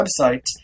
website